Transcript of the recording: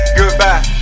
goodbye